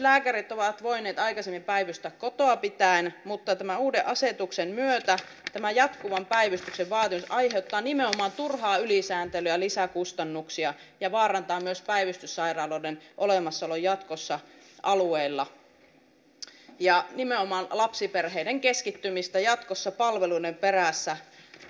synnytyslääkärit ovat voineet aikaisemmin päivystää kotoa pitäen mutta tämän uuden asetuksen myötä tämä jatkuvan päivystyksen vaatimus aiheuttaa nimenomaan turhaa ylisääntelyä ja lisäkustannuksia ja vaarantaa myös päivystyssairaaloiden olemassaolon jatkossa alueilla ja aiheuttaa nimenomaan lapsiperheiden keskittymistä jatkossa palveluiden perässä